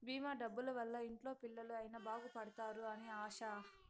భీమా డబ్బుల వల్ల ఇంట్లో పిల్లలు అయిన బాగుపడుతారు అని ఆశ